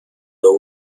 the